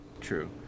true